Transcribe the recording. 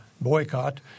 boycott